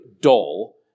dull